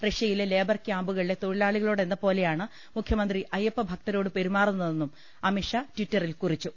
റഷ്യയിലെ ലേബർ ക്യാമ്പുകളിലെ തൊഴിലാളി കളോടെന്നപോലെയാണ് മുഖ്യമന്ത്രി അയ്യപ്പഭക്തരോട് പെരുമാറുന്ന തെന്നും അമിത്ഷാ ട്വിറ്ററിൽ കുറിച്ചു